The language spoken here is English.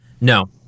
No